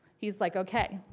he's like, okay,